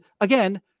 again